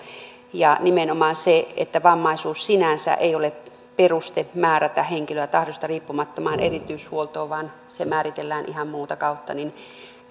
ja nimenomaan se että vammaisuus sinänsä ei ole peruste määrätä henkilöä tahdosta riippumattomaan erityishuoltoon vaan se määritellään ihan muuta kautta